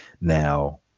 Now